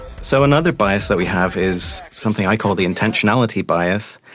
so another bias that we have is something i call the intentionality bias,